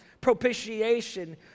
propitiation